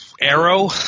Arrow